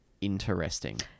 interesting